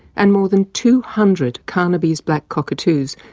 and more than two hundred carnaby's black cockatoos,